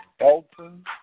Alton